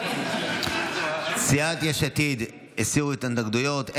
סיעת יש עתיד הסירה את ההתנגדויות.